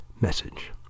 message